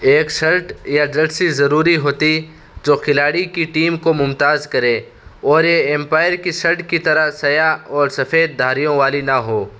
ایک شرٹ یا جرسی ضروری ہوتی جو کھلاڑی کی ٹیم کو ممتاز کرے اور یہ امپائر کی شرٹ کی طرح سیاہ اور سفید دھاریوں والی نہ ہو